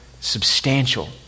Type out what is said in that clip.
substantial